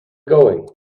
going